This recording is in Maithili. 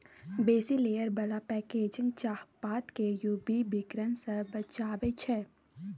बेसी लेयर बला पैकेजिंग चाहपात केँ यु वी किरण सँ बचाबै छै